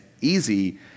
easy